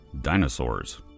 Dinosaurs